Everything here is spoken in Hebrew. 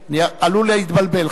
אני עלול להתבלבל.